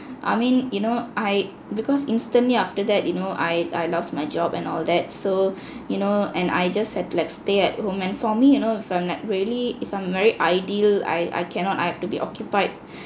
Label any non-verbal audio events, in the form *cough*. I mean you know I because instantly after that you know I I lost my job and all that so *breath* you know and I just had like to stay at home and for me you know if I'm like really if I'm very ideal I I cannot I have to be occupied